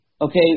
Okay